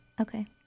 Okay